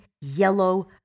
yellow